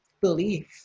belief